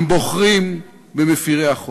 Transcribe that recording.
הם בוחרים במפרי החוק.